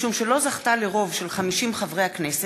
משום שלא זכתה לרוב של 50 חברי הכנסת,